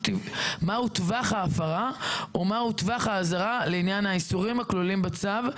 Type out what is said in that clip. טווח ההפרה ומהו טווח האזהרה לעניין האיסורים הכלולים בצו,